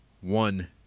one